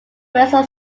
quezon